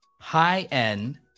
High-end